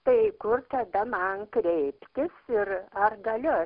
tai kur tada man kreiptis ir ar galiu